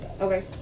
Okay